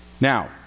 Now